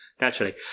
naturally